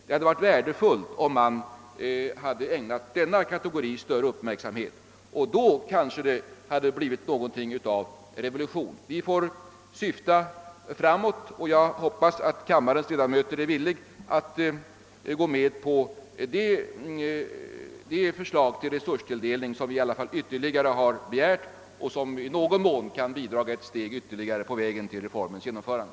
Det hade varit värdefullt om man ägnat denna kategori större uppmärksamhet — då kanske det hade blivit någonting av revolution. Vi får syfta framåt, och jag hoppas att kammarens ledamöter är villiga att gå med på det förslag till resurstilldelning som vi har begärt och som i viss mån kan bidra till att vi tar något ytterligare steg på vägen mot reformens genomförande.